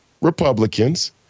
Republicans